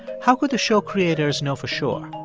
how could the show creators know for sure?